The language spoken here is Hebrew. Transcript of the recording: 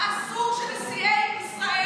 אסור שנשיאי ישראל